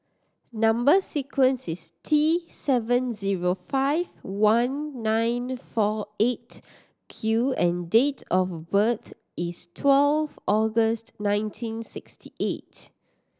number sequence is T seven zero five one nine four Eight Q and date of birth is twelve August nineteen sixty eight